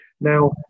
Now